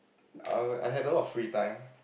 um I had a lot of free time